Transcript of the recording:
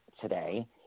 today